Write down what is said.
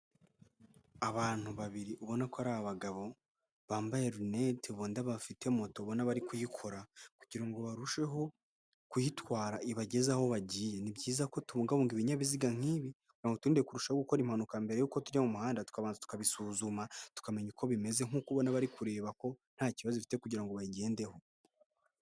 Abantu babiri ubona ko ari abagabo bambaye rinete. Ubona bafite moto ubona bari kuyikora kugira ngo barusheho kuyitwara ibageze aho bagiye. Ni byiza ko tubungabunga ibinyabiziga nk'ibi kugira ngo biturinde kurushaho gukora impanuka. Mbere yuko tujya mu muhanda tukabanza tukabisuzuma, tukamenya uko bimeze nkuko ubona bari kureba ko nta kibazo ifite kugira ngo bayigendeho.